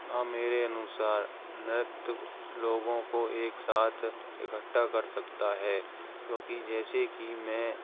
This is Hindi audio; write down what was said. हाँ मेरे अनुसार नृत्य लोगों को एक साथ इकट्ठा कर सकता है क्योंकि जैसे कि मैं